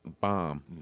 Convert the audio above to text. Bomb